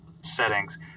settings